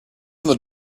from